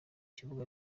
kibuga